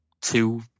two